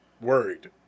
worried